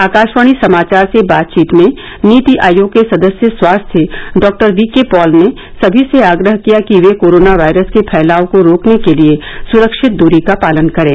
आकाशवाणी समाचार से बातचीत में नीति आयोग के सदस्य स्वास्थ्य डॉक्टर वी के पॉल ने सभी से आग्रह किया कि वे कोरोना वायरस के फैलाव को रोकने के लिए सुरक्षित दूरी का पालन करें